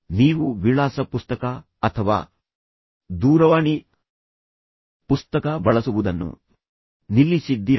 ನೀವು ವಿಳಾಸ ಪುಸ್ತಕ ಅಥವಾ ದೂರವಾಣಿ ಪುಸ್ತಕ ಬಳಸುವುದನ್ನು ನಿಲ್ಲಿಸಿದ್ದೀರಾ